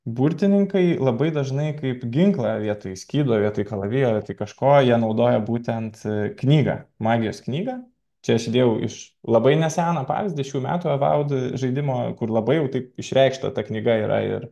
burtininkai labai dažnai kaip ginklą vietoj skydo vietoj kalavijo vietoj kažko jie naudoja būtent knygą magijos knygą čia aš įdėjau iš labai neseną pavyzdį šių metų avaud žaidimo kur labai jau taip išreikšta ta knyga yra ir